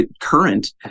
current